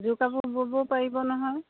যোৰ কাপোৰ ব'ব পাৰিব নহয়